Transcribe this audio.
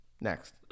Next